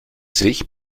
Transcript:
sich